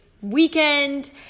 weekend